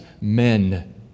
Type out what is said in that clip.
men